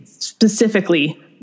Specifically